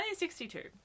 1962